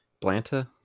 Blanta